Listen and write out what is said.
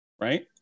right